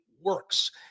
works